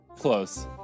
close